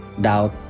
doubt